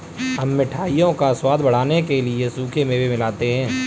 हम मिठाइयों का स्वाद बढ़ाने के लिए सूखे मेवे मिलाते हैं